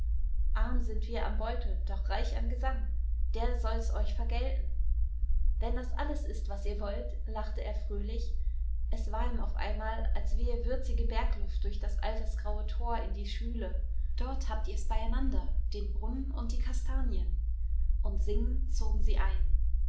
arm sind wir am beutel doch reich an gesang der soll's euch vergelten wenn das alles ist was ihr wollt lachte er fröhlich es war ihm auf einmal als wehe würzige bergluft durch das altersgraue tor in die schwüle dort habt ihr's beieinander den brunnen und die kastanien und singend zogen sie ein